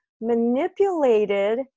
manipulated